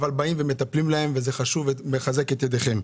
אבל באים ומטפלים בהם וזה חשוב ומחזק את ידכם.